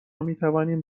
میتوانیم